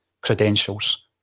credentials